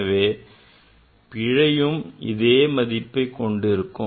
எனவே பிழையும் அதே மதிப்பையே கொண்டிருக்கும்